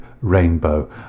rainbow